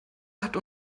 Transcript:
hat